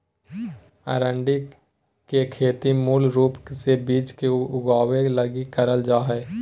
अरंडी के खेती मूल रूप से बिज के उगाबे लगी करल जा हइ